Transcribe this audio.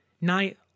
night